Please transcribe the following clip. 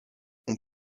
ont